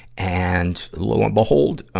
and, lo and behold, ah,